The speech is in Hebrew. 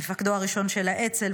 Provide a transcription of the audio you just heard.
מפקדו הראשון של האצ"ל,